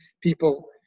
People